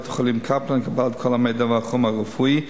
ובית-החולים "קפלן" לקבלת כל המידע בתחום הרפואי.